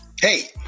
hey